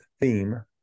theme